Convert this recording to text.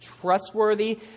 trustworthy